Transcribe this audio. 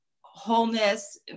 wholeness